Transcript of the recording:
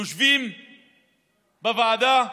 יושבים בוועדה,